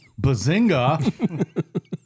Bazinga